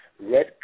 Red